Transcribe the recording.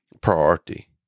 priority